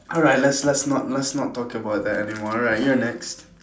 alright let's let's not let's not talk about that anymore alright you're next